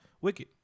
Wicked